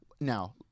Now